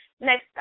Next